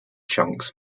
chunks